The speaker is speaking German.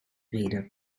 rede